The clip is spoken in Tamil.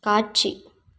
காட்சி